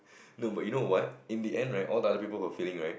no but you know what in the end right all the other people who were failing right